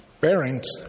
Parents